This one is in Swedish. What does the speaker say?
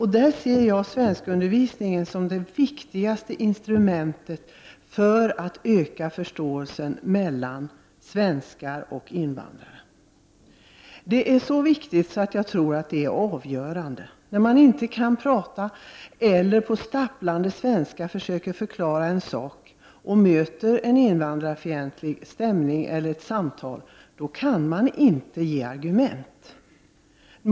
Här ser jag svenskundervisningen som det viktigaste instrumentet för att öka förståelsen mellan svenskar och invandrare. Det är så viktigt att jag tror att det är avgörande. När man inte kan tala svenska, eller på stapplande svenska försöker förklara en sak, och möter en invandrarfientlig stämning i ett samtal, då kan man inte argumentera.